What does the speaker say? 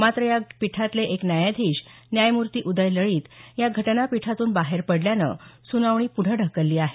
मात्र या पीठातले एक न्यायाधीश न्यायमूर्ती उदय लळित या घटनापीठातून बाहेर पडल्यानं सुनावणी पुढं ढकलली आहे